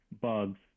bugs